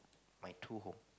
my true home